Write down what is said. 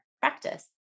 practice